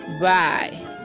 Bye